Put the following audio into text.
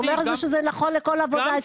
הם אומרים שזה נכון לכל עבודה אצלם.